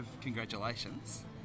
congratulations